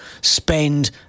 spend